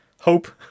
hope